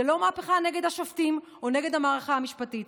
זו לא מהפכה נגד השופטים או נגד המערכה המשפטית,